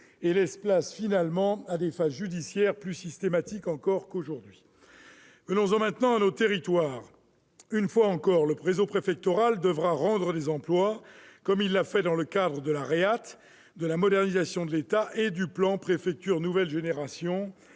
et laisse place finalement à des phases judiciaires plus systématiques encore qu'aujourd'hui. Venons-en maintenant à nos territoires. Une fois encore, le réseau préfectoral devra rendre des emplois, comme il l'a fait dans le cadre de la réforme de l'administration territoriale de l'État, ou RéATE,